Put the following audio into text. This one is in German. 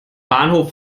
bahnhof